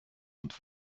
und